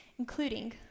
including